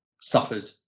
suffered